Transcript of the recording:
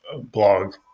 blog